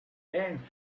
then